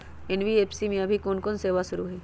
NBFC में अभी कोन कोन सेवा शुरु हई?